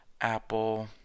Apple